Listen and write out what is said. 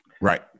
Right